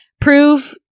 prove